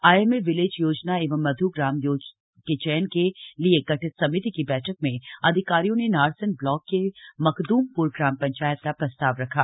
IMA village योजना एवं मध् ग्राम के चयन के लिए गठित समिति की बैठक में अधिकारियों ने नारसन ब्लाक के मकदूमप्र ग्राम पंचायत का प्रस्ताव रखा